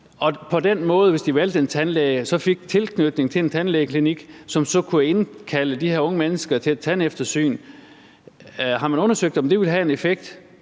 og at de, hvis de valgte en tandlæge, på den måde fik en tilknytning til en tandlægeklinik, som så kunne indkalde dem til et tandeftersyn. Har man undersøgt, om det vil have en effekt?